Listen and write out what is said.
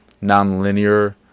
non-linear